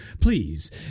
please